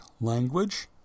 Language